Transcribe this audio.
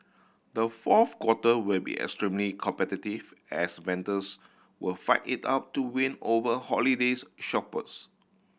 the fourth quarter will be extremely competitive as vendors will fight it out to win over holidays shoppers